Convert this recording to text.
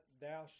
thou